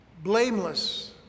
blameless